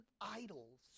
idols